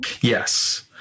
Yes